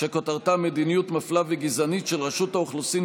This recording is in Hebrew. שכותרתה: מדיניות מפלה וגזענית של רשות האוכלוסין